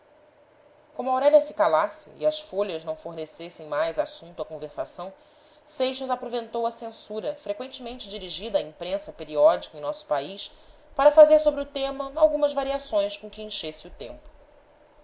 jornalista como aurélia se calasse e as folhas não fornecessem mais assunto à conversação seixas aproveitou a censura fre qüen temente dirigida à imprensa periódica em nosso país para fazer sobre o tema algumas variações com que enchesse o tempo